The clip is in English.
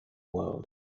world